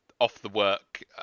off-the-work